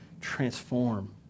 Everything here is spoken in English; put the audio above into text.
transform